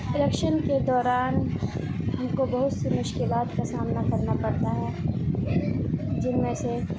election کے دوران ہم کو بہت سی مشکلات کا سامنا کرنا پڑتا ہے جن میں سے